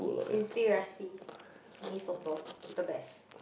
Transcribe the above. Inspirasi mee sot the best